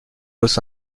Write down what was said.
los